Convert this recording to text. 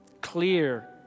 Clear